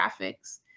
graphics